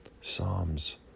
Psalms